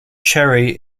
cherry